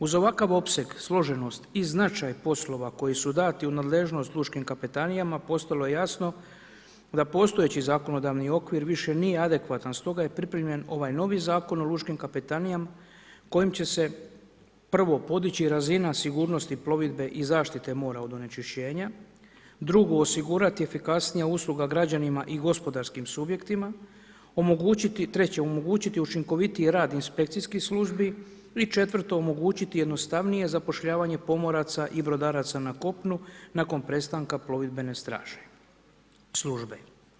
Uz ovakav opseg složenost i značaj poslova koji su dati u nadležnost lučkim kapetanijama, postalo je jasno da postojeći zakonodavni okvir više nije adekvatan, stoga je pripremljen ovaj novi Zakon o lučkim kapetanijama kojim će se prvo podići razina sigurnosti plovidbe i zaštite mora od onečišćenja, drugo osigurati efikasnija usluga građanima i gospodarskim subjektima, treće omogućiti učinkovitiji rad inspekcijskih službi i četvrto omogućiti jednostavnije zapošljavanje pomoraca i brodaraca na kopnu nakon prestanka plovidbene službe.